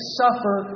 suffer